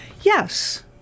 Yes